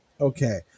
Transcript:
okay